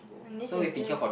this is d~